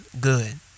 good